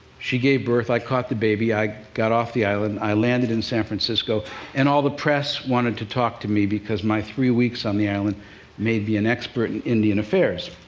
she gave birth i caught the baby i got off the island i landed in san francisco and all the press wanted to talk to me, because my three weeks on the island made me an expert in indian affairs.